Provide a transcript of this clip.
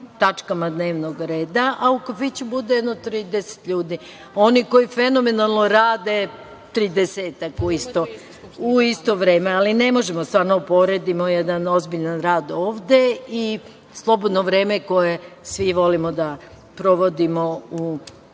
tačkama dnevnog reda, a u kafiću bude jedno 30 ljudi. Oni koji fenomenalno rade tridesetak u isto vreme, ali ne možemo stvarno da uporedimo jedan ozbiljan rad ovde i slobodno vreme koje svi volimo da provodimo u kafiću. Ne